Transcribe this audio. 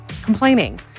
complaining